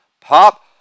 pop